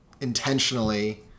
intentionally